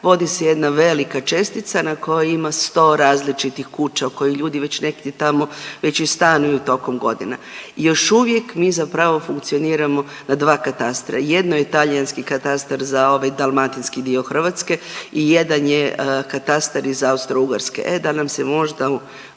vodi se jedna velika čestica na kojoj ima 100 različitih kuća u kojoj ljudi već negdje tamo već i stanuju tokom godina. I još uvijek mi zapravo funkcioniramo na dva katastra. Jedan je talijanski katastar za ovaj dalmatinski dio Hrvatske i jedan je katastar iz Austro-Ugarske. E da nam se možda u